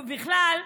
ובכלל,